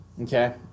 Okay